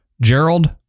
Gerald